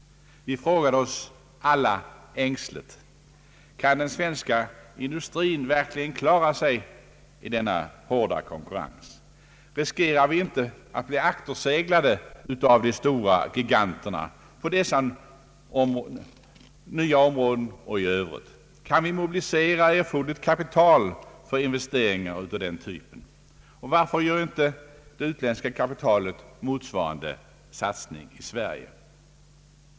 Vi frågade oss alla ängsligt: Kan den svenska industrin verkligen klara sig i denna hårda konkurrens? Riskerar vi inte att bli akterseglade av giganterna på dessa nya områden och i övrigt? Kan vi mobilisera erforderligt kapital för investeringar av denna typ, och varför gör inte det utländska kapitalet motsvarande satsning i Sverige?